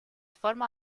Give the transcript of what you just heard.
forma